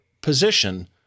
position